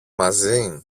μαζί